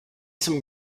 some